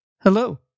Hello